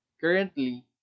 Currently